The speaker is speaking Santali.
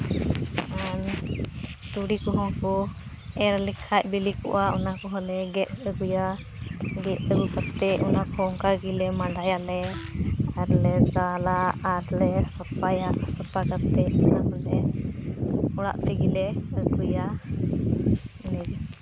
ᱟᱨ ᱛᱩᱲᱤ ᱠᱚᱦᱚᱸ ᱠᱚ ᱮᱨ ᱞᱮᱠᱷᱟᱡ ᱵᱤᱞᱤ ᱠᱚᱜᱼᱟ ᱚᱱᱟ ᱠᱚᱦᱚᱸ ᱞᱮ ᱜᱮᱫ ᱟᱹᱜᱩᱭᱟ ᱜᱮᱫ ᱟᱹᱜᱩ ᱠᱟᱛᱮᱫ ᱚᱱᱟ ᱠᱚ ᱚᱱᱠᱟ ᱜᱮᱞᱮ ᱢᱟᱰᱟᱭᱟᱞᱮ ᱟᱨᱞᱮ ᱫᱟᱞᱼᱟ ᱟᱨᱞᱮ ᱥᱟᱯᱷᱟᱭᱟ ᱥᱟᱯᱷᱟ ᱠᱟᱛᱮᱫ ᱚᱲᱟᱜ ᱛᱮᱜᱮ ᱞᱮ ᱟᱹᱜᱩᱭᱟ ᱤᱱᱟᱹᱜᱮ